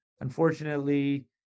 Unfortunately